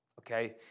Okay